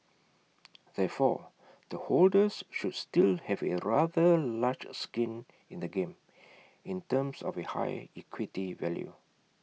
therefore the holders should still have A rather large skin in the game in terms of A high equity value